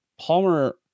Palmer